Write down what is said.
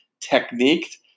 technique